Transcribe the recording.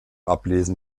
ablesen